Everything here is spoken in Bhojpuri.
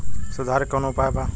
सुधार के कौनोउपाय वा?